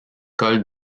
col